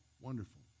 wonderful